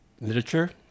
literature